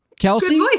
Kelsey